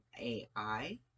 AI